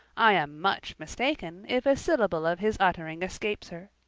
i am much mistaken if a syllable of his uttering escapes her.